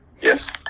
Yes